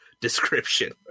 description